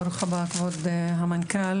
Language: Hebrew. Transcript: ברוך הבא כבוד המנכ"ל,